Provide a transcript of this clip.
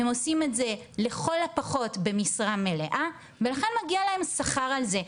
הם עושים את זה לכל הפחות במשרה מלאה ולכן מגיע להם שכר על זה,